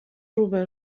روبه